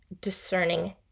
discerning